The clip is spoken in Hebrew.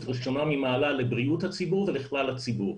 ראשונה ממעלה לבריאות הציבור ולכלל הציבור.